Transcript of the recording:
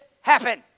happen